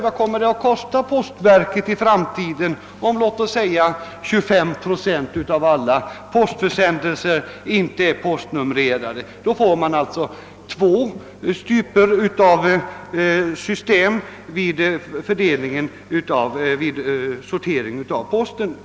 Vad kommer det att kosta postverket i framtiden, om låt oss säga 25 procent av alla postförsändelser inte är postnumrerade? Då får man alltså två system vid sorteringen av posten.